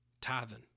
tithing